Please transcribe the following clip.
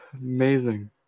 amazing